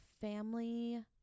family